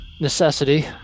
necessity